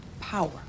power